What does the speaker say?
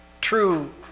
true